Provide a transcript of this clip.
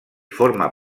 forma